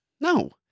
No